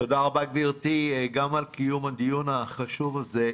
תודה רבה גברתי, גם על קיום הדיון החשוב הזה.